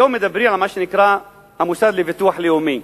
היום מדברים על מה שנקרא המוסד לביטוח לאומי,